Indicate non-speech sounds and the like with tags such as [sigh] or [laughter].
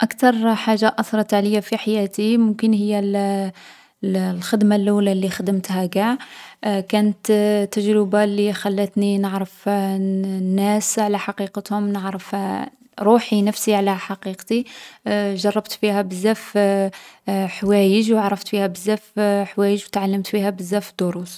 ﻿أكتر حاجة أثرت عليا في حياتي ممكن هي ال [hesitation] ال الخدمة اللولة لي خدمتها قاع. [hesitation] كانت تجربة لي خلاتني نعرف [hesitation] الن-الناس على حقيقتهم، نعرف [hesitation] روحي، نفسي، على حقيقتي. [hesitation] جرّبت فيها بزاف [hesitation] حوايج و عرفت فيها بزاف حوايج و تعلمت فيها بزاف دروس.